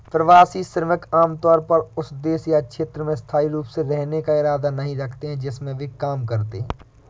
प्रवासी श्रमिक आमतौर पर उस देश या क्षेत्र में स्थायी रूप से रहने का इरादा नहीं रखते हैं जिसमें वे काम करते हैं